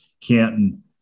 Canton